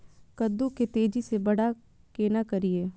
कद्दू के तेजी से बड़ा केना करिए?